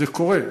זה קורה,